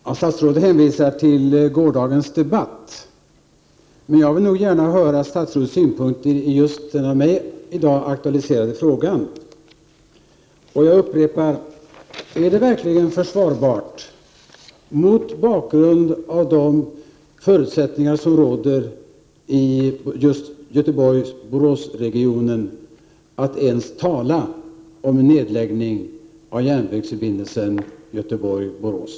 Herr talman! Statsrådet hänvisar till gårdagens debatt, men jag vill nog gärna höra statsrådets synpunkter i just den av mig i dag aktualiserade frågan. Jag upprepar: Är det verkligen försvarbart mot bakgrund av de förutsättningar som råder i Göteborg—Borås-regionen att ens tala om en nedläggning av järnvägsförbindelsen Göteborg-Borås?